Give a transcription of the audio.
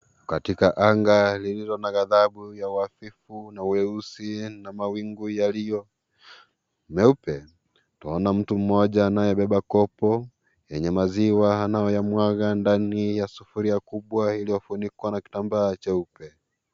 Katika anga lililo na gadhabu ya uhafifu na weusi na mawingu yaliyo meupe twaona mtu mmoja aliyebeba kopo yenye maziwa anayoyamwaga ndani ya sufuria kubwa iliyofunikwa na kitambaa cheupe.